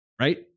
right